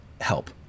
help